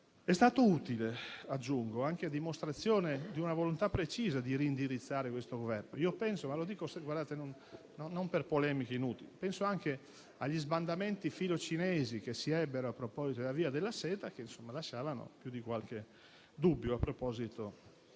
È stato utile, aggiungo, anche a dimostrazione di una volontà precisa di reindirizzare questo Governo. Penso - non lo dico per fare polemiche inutili - anche agli sbandamenti filocinesi che si ebbero a proposito della Via della seta, che lasciavano più di qualche dubbio a proposito di